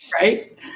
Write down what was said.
Right